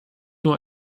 nur